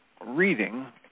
reading